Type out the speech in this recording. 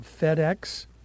FedEx